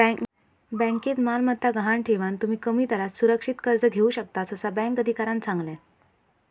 बँकेत मालमत्ता गहाण ठेवान, तुम्ही कमी दरात सुरक्षित कर्ज घेऊ शकतास, असा बँक अधिकाऱ्यानं सांगल्यान